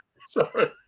Sorry